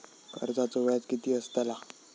कर्जाचो व्याज कीती असताला?